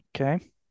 Okay